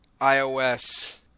iOS